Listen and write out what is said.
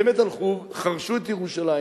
באמת הלכו וחרשו את ירושלים.